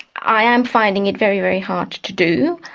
i am finding it very, very hard to do,